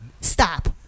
Stop